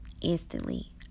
instantly